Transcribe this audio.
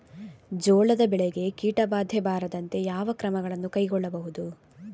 ಜೋಳದ ಬೆಳೆಗೆ ಕೀಟಬಾಧೆ ಬಾರದಂತೆ ಯಾವ ಕ್ರಮಗಳನ್ನು ಕೈಗೊಳ್ಳಬಹುದು?